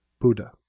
Buddha